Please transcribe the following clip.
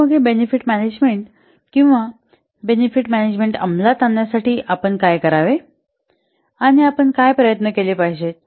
तर मग हे बेनिफिट मॅनेजमेंट किंवा हे बेनिफिट मॅनेजमेंट अमलात आणण्यासाठी आपण काय करावे आणि आपण काय प्रयत्न केले पाहिजेत